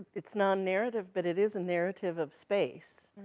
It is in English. it's non-narrative, but it is a narrative of space.